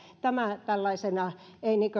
tämä tällaisena ei